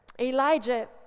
Elijah